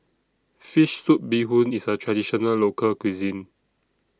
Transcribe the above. Fish Soup Bee Hoon IS A Traditional Local Cuisine